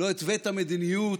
לא התווית מדיניות,